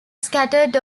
scattered